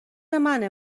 منه